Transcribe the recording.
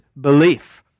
belief